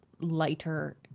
lighter